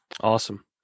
Awesome